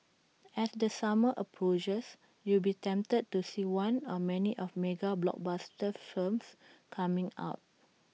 as the summer approaches you will be tempted to see one or many of mega blockbuster films coming out